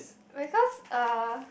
because uh